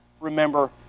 remember